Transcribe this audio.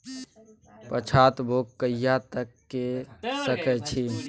पछात बौग कहिया तक के सकै छी?